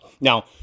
Now